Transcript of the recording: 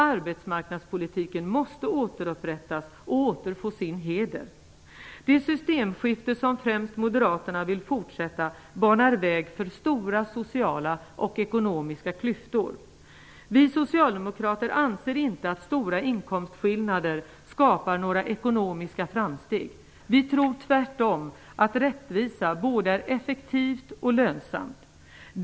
Arbetsmarknadspolitiken måste återupprättas och återfå sin heder. Det systemskifte som främst Moderaterna vill fortsätta med banar väg för stora sociala och ekonomiska klyftor. Vi socialdemokrater anser inte att stora inkomstskillnader skapar några ekonomiska framsteg. Vi tror tvärtom att rättvisa är både effektivt och lönsamt.